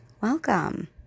welcome